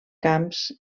camps